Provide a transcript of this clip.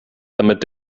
damit